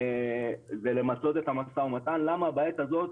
זה למצות את המשא ומתן למה בעת הזאת